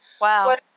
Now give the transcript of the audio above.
Wow